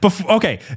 Okay